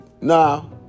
now